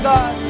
God